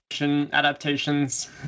adaptations